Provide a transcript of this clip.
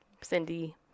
Cindy